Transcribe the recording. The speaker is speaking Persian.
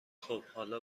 خوب، حالا